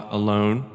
alone